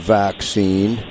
vaccine